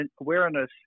awareness